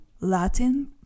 Latin